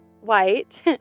white